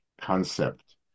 concept